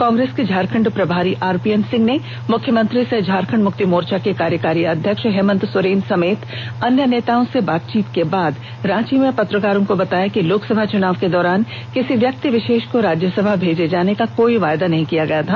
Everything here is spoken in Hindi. कांग्रेस के झारखंड प्रभारी आरपीएन सिंह ने मुख्यमंत्री सह झारखंड मुक्ति मोर्चा के कार्यकारी अध्यक्ष हेमंत सोरेन समेत अन्य नेताओं से बातचीत करने के बाद रांची में पत्रकारों को बताया कि लोकसभा चुनाव के दौरान किसी व्यक्ति विषेष को राज्यसभा भेजे जाने का कोई वायदा नहीं किया गया था